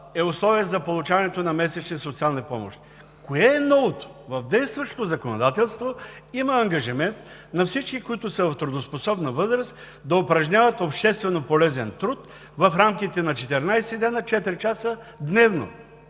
е условие за получаване на месечни социални помощи. Кое е новото? В действащото законодателство има ангажимент на всички, които са в трудоспособна възраст, да упражняват общественополезен труд в рамките на 14 дни, 4 часа дневно.